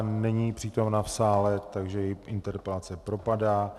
Není přítomna v sále, takže její interpelace propadá.